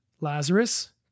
Lazarus